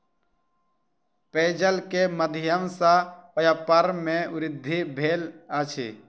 पेयजल के माध्यम सॅ व्यापार में वृद्धि भेल अछि